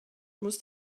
muss